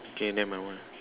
okay then my one